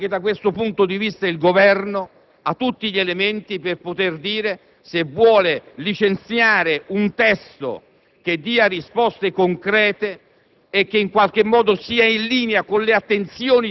Ci è stato detto che bisognava aspettare il 20 giugno per la relazione semestrale di cassa. Ci siamo arrivati.